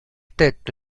tetto